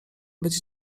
być